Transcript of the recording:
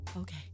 Okay